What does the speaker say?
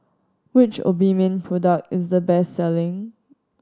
which Obimin product is the best selling